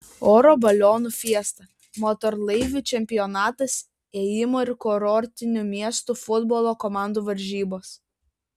oro balionų fiesta motorlaivių čempionatas ėjimo ir kurortinių miestų futbolo komandų varžybos